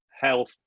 health